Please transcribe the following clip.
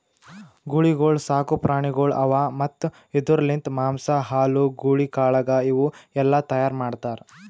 ಗೂಳಿಗೊಳ್ ಸಾಕು ಪ್ರಾಣಿಗೊಳ್ ಅವಾ ಮತ್ತ್ ಇದುರ್ ಲಿಂತ್ ಮಾಂಸ, ಹಾಲು, ಗೂಳಿ ಕಾಳಗ ಇವು ಎಲ್ಲಾ ತೈಯಾರ್ ಮಾಡ್ತಾರ್